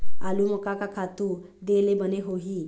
आलू म का का खातू दे ले बने होही?